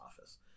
office